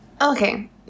Okay